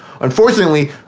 Unfortunately